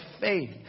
faith